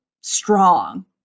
strong